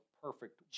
perfect